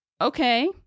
okay